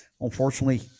Unfortunately